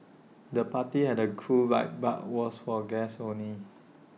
the party had A cool vibe but was for guests only